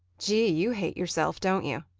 gee, you hate yourself, don't you?